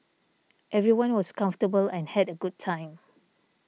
everyone was comfortable and had a good time